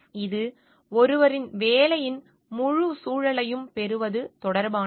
இது ஒருவரின் வேலையின் முழு சூழலையும் பெறுவது தொடர்பானது